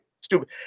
Stupid